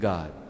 God